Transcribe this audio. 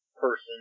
person